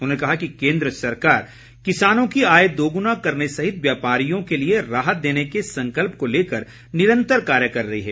उन्होंने कहा कि केंद्र सरकार किसानों की आय दोगुना करने सहित व्यापारियों के लिए राहत देने के संकल्प को लेकर निरंतर कार्य कर रही है